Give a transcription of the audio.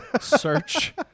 Search